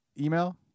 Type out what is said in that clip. email